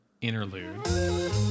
interlude